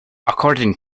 according